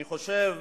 אני חושב